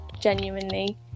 genuinely